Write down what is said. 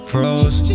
Froze